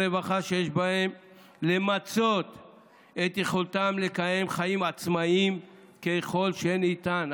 רווחה שיש בהם למצות את יכולתם לקיים חיים עצמאיים ככל שניתן.